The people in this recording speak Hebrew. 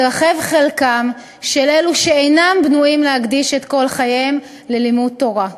התרחב חלקם של אלו שאינם בנויים להקדיש את כל חייהם ללימוד תורה.